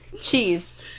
Cheese